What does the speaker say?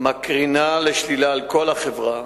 מקרינה לשלילה על כל החברה.